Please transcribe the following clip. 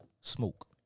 smoke